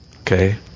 Okay